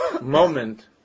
moment